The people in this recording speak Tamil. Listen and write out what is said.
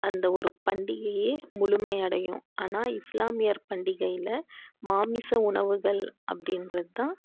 அந்த ஒரு பண்டிகையே முழுமை அடையும் ஆனால் இஸ்லாமியர் பண்டிகையில் மாமிச உணவுகள் அப்படீன்றது தான்